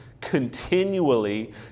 continually